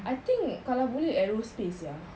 I think kalau boleh aerospace sia